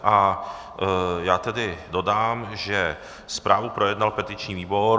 A já tedy dodám, že zprávu projednal petiční výbor.